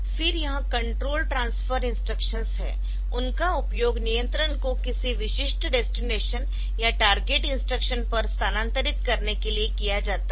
तो यह control transfer instructions है उनका उपयोग नियंत्रण को किसी विशिष्ट डेस्टिनेशन या टारगेट इंस्ट्रक्शन पर स्थानांतरित करने के लिए किया जाता है